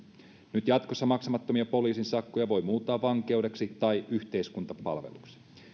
nyt jatkossa maksamattomia poliisin sakkoja voi muuttaa vankeudeksi tai yhteiskuntapalveluksi